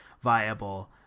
viable